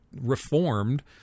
reformed